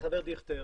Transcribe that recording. החבר דיכטר